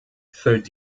füllt